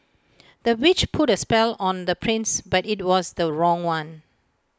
the witch put A spell on the prince but IT was the wrong one